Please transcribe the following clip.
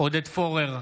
עודד פורר,